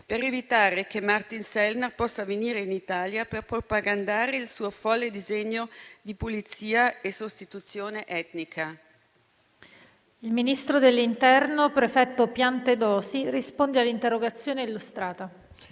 per evitare che Martin Sellner possa venire in Italia per propagandare il suo folle disegno di pulizia e sostituzione etnica. PRESIDENTE. Il ministro dell'interno, prefetto Piantedosi, ha facoltà di rispondere all'interrogazione testé illustrata,